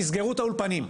תסגרו את האולפנים.